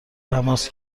تماس